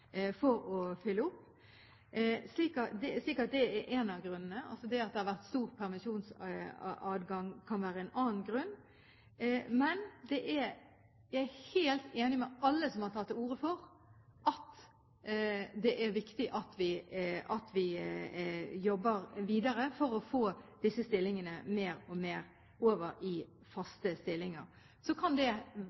for å fylle opp. Det er én av grunnene. At det har vært stor permisjonsadgang, kan være en annen grunn. Men jeg er helt enig med alle som har tatt til orde for at det er viktig å jobbe videre for å få disse stillingene mer over i faste stillinger. Da kan det